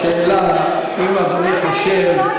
השאלה אם אדוני חושב,